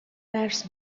درس